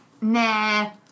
Nah